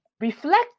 reflect